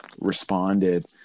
responded